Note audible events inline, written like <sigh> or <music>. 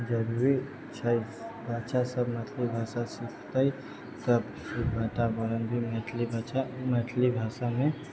जरुरी छै बच्चा सब मैथिली भाषा सिखतै तब <unintelligible> मैथिली भाषामे